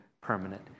permanent